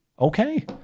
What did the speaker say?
okay